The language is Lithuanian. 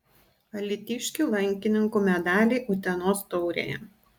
alytiškių lankininkų medaliai utenos taurėje